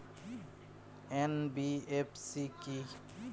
NBFC কী?